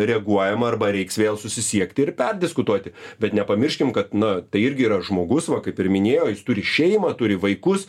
reaguojama arba reiks vėl susisiekti ir perdiskutuoti bet nepamirškim kad na tai irgi yra žmogus va kaip ir minėjo jis turi šeimą turi vaikus